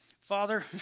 Father